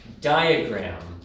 diagram